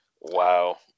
Wow